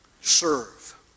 Serve